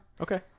okay